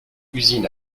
usine